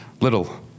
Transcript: little